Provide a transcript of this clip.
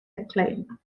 acclaim